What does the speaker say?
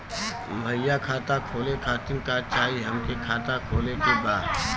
भईया खाता खोले खातिर का चाही हमके खाता खोले के बा?